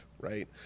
right